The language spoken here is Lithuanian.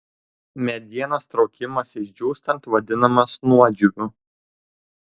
medienos traukimasis džiūstant vadinamas nuodžiūviu